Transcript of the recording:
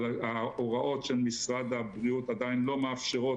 אבל ההוראות של משרד הבריאות עדיין לא מאפשרות